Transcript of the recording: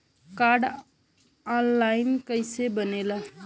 Card online कइसे बनेला?